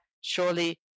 surely